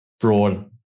broad